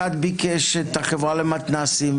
אחד ביקש את החברה למתנ"סים,